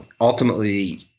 ultimately